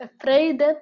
afraid